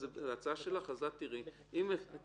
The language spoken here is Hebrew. זו הצעה שלך ואת תראי אם אפשר יהיה להגיע להסכמות.